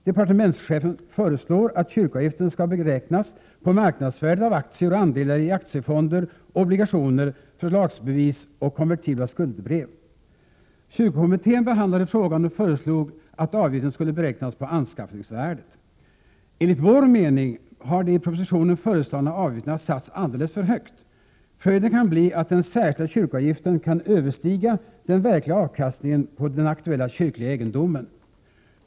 Departementschefen föreslår att kyrkoavgiften skall beräknas på marknadsvärdet av aktier och andelar i aktiefonder, obligationer, förlagsbevis och konvertibla skuldebrev. Kyrkokommittén behandlade frågan och föreslog att avgiften skulle beräknas på anskaffningsvärdet. Enligt vår mening har de i propositionen föreslagna avgifterna satts alldeles för högt. Följden kan bli att den särskilda kyrkoavgiften kan överstiga den verkliga avkastningen på den aktuella kyrkliga egendomen.